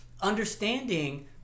understanding